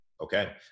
Okay